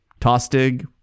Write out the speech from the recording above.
Tostig